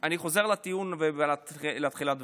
אני חוזר לטיעון ולתחילת דבריי.